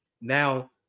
now